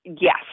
yes